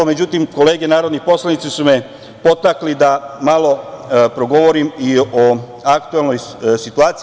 Međutim, kolege narodni poslanici su me podstakli da malo progovorim i o aktuelnoj situaciji.